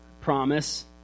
Promise